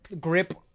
grip